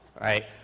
right